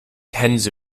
tens